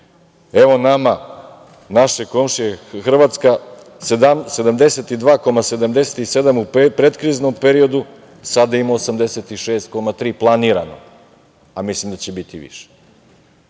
evo nama našeg komšije, Hrvatska 72,77% u predkriznom periodu, sada ima 86,3% planirano, a mislim da će biti i više,